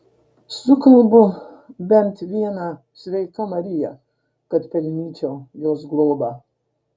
sukalbu bent vieną sveika marija kad pelnyčiau jos globą